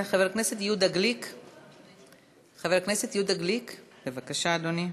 חבר הכנסת יהודה גליק, בבקשה, אדוני.